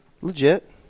Legit